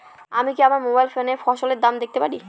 আমি কি আমার মোবাইল ফোনে ফসলের দাম দেখতে পারি?